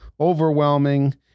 overwhelming